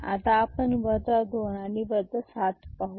आता आपण 2 आणि 7 पाहू